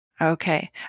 Okay